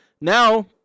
now